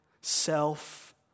self